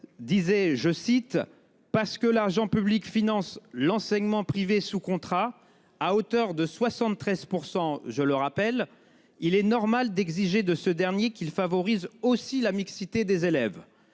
Disait, je cite parce que l'argent public finance l'enseignement privé sous contrat à hauteur de 73%, je le rappelle, il est normal d'exiger de ce dernier qu'il favorise aussi la mixité des élèves.